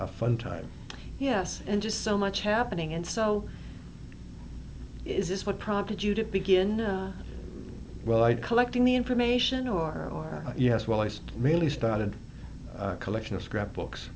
fun time yes and just so much happening and so is this what prompted you to begin well i'd collecting the information or yes well i just really started collection of scrapbooks